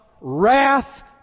wrath